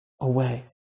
away